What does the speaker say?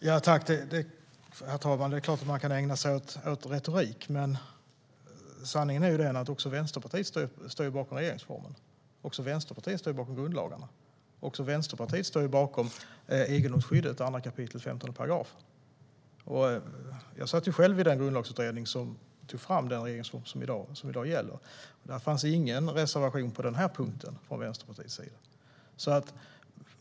Herr talman! Det är klart att man kan ägna sig åt retorik. Men sanningen är den att också vänsterpartister står bakom regeringsformen. Också vänsterpartister står bakom grundlagarna. Också vänsterpartister står bakom egendomsskyddet, 2 kap. 15 §. Jag satt i den grundlagsutredning som tog fram den regeringsform som i dag gäller. Där fanns det ingen reservation på den här punkten från Vänsterpartiets sida.